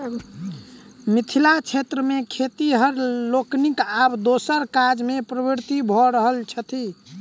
मिथिला क्षेत्र मे खेतिहर लोकनि आब दोसर काजमे प्रवृत्त भ रहल छथि